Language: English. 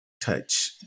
touch